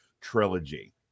trilogy